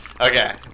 Okay